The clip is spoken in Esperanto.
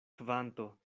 kvanto